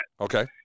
okay